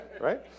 right